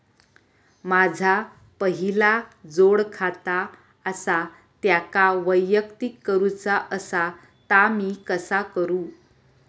माझा पहिला जोडखाता आसा त्याका वैयक्तिक करूचा असा ता मी कसा करू?